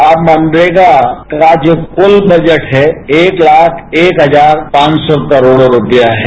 अब मनरेगा का जो कुल बजट है एक ताख एक हजार पांच सौ करोड़ रुपया है